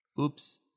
Oops